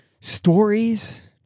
stories